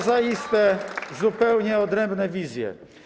To zaiste zupełnie odrębne wizje.